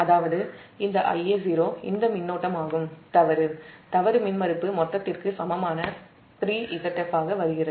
அதாவது இந்த Ia0 இந்த மின்னோட்டமாகும் தவறு மின்மறுப்பு மொத்தத்திற்கு சமமான 3Zf ஆக வருகிறது